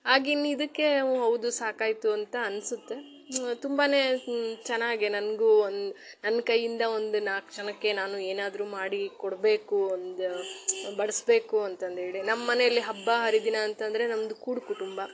ಆಗಿನ ಇದಕ್ಕೆ ಊಂ ಹೌದು ಸಾಕಾಯಿತು ಅಂತ ಅನ್ನಿಸುತ್ತೆ ತುಂಬಾ ಚೆನ್ನಾಗಿ ನನಗೂ ಒಂದು ನನ್ನ ಕೈಯಿಂದ ಒಂದು ನಾಲ್ಕು ಜನಕ್ಕೆ ನಾನು ಏನಾದ್ರೂ ಮಾಡಿ ಕೊಡಬೇಕು ಒಂದು ಒಂದು ಬಡಿಸ್ಬೇಕು ಅಂತ ಅಂತೇಳಿ ನಮ್ಮ ಮನೇಲ್ಲಿ ಹಬ್ಬ ಹರಿದಿನ ಅಂತ ಅಂದರೆ ನಮ್ದು ಕೂಡು ಕುಟುಂಬ